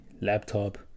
laptop